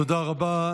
תודה רבה.